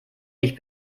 nicht